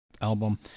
album